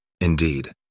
Indeed